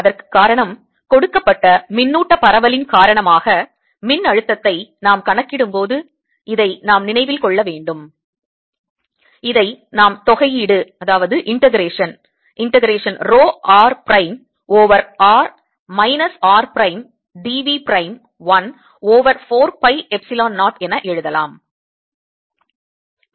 அதற்கு காரணம் கொடுக்கப்பட்ட மின்னூட்ட பரவலின் காரணமாக மின்னழுத்தத்தை நாம் கணக்கிடும்போது இதை நாம் நினைவில் கொள்ள வேண்டும் இதை நாம் தொகையீடு rho r prime over r minus r prime d v prime 1 over 4 pi Epsilon 0 என எழுதலாம்